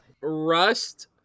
Rust